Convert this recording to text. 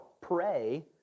pray